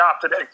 today